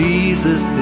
Jesus